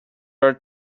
are